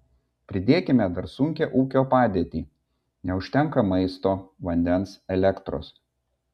pridėkime dar sunkią ūkio padėtį neužtenka maisto vandens elektros